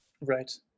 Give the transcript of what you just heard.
Right